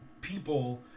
people